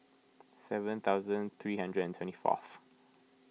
seven thousand three hundred and twenty fourth